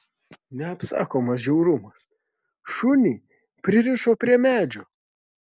neapsakomas žiaurumas šunį pririšo prie medžio